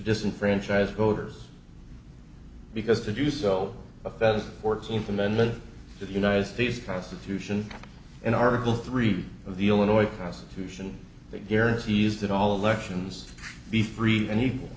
disenfranchise voters because to do so offends the fourteenth amendment to the united states constitution in article three of the illinois house to sion that guarantees that all elections be free and equal